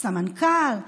סמנכ"ל,